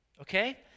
Okay